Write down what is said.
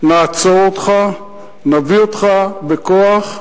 נעצור אותך, נביא אותך בכוח לחקירה.